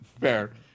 Fair